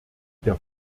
der